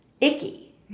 icky